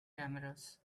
cameras